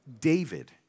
David